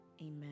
Amen